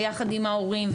יחד עם ההורים,